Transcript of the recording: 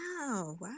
Wow